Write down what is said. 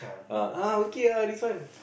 ah okay ah this one